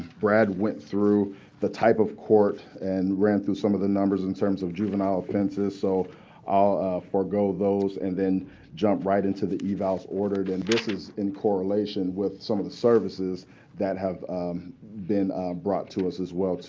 brad went through the type of court, and ran through some of the in terms of juvenile offenses. so i'll forego those, and then jump right into the evals ordered. and this is in correlation with some of the services that have been brought to us, as well, too.